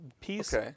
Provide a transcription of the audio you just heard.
Piece